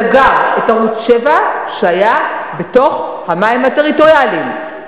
סגר את ערוץ-7, שהיה בתחום המים הטריטוריאליים.